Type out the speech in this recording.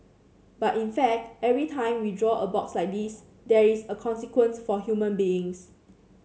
but in fact every time we draw a box like this there is a consequence for human beings